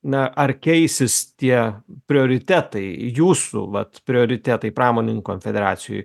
na ar keisis tie prioritetai jūsų vat prioritetai pramonininkų konfederacijoj